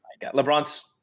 LeBron's